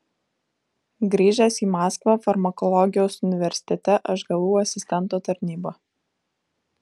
grįžęs į maskvą farmakologijos universitete aš gavau asistento tarnybą